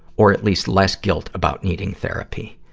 or at least less, guilt about needing therapy.